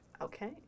Okay